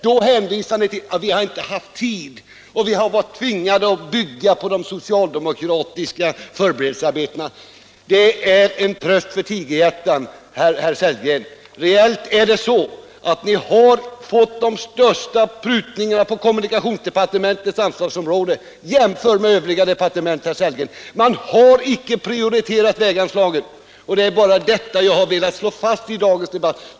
Då hänvisar ni till att ni inte haft tid och till att ni varit tvingade att bygga på de socialdemokratiska förberedelsearbetena. Det är en tröst för tigerhjärtan, herr Sellgren. Reellt är det så att vi har fått de största prutningarna på kommunikationsdepartementets anslagsområde. Jämför med övriga departement, herr Sellgren! Man har icke prioriterat väganslaget. Det är bara detta jag har velat slå fast i dagens debatt.